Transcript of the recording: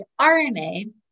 RNA